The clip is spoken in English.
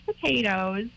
potatoes